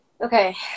Okay